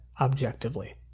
objectively